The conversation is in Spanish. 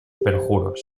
perjuros